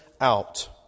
out